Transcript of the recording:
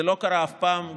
זה לא קרה אף פעם.